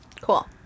cool